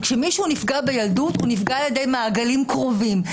כשמישהו נפגע בילדות הוא נפגע על ידי מעגלים קרובים,